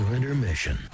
Intermission